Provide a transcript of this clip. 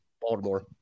Baltimore